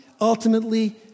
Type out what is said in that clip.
ultimately